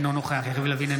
אינו נוכח יריב לוין,